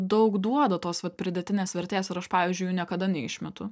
daug duoda tos vat pridėtinės vertės ir aš pavyzdžiui jų niekada neišmetu